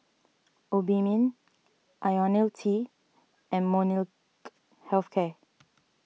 Obimin Ionil T and Molnylcke Health Care